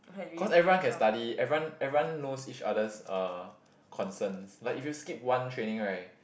cause everyone can study everyone everyone knows each other's uh concerns like if you skip one training right